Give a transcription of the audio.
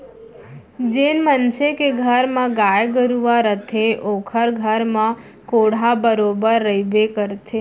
जेन मनसे के घर म गाय गरूवा रथे ओकर घर म कोंढ़ा बरोबर रइबे करथे